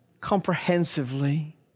comprehensively